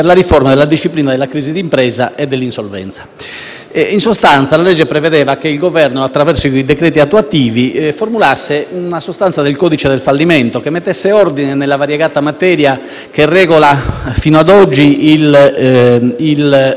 In pratica, la legge prevedeva che il Governo, attraverso i decreti attuativi, formulasse una sostanza del codice del fallimento che mettesse ordine nella variegata materia che fino ad oggi ha regolato la crisi d'impresa.